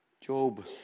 Job